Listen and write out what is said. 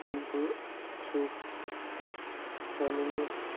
بہٕ چھُس پَنٛنِس